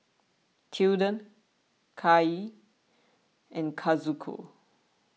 Tilden Kaia and Kazuko